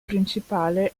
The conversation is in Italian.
principale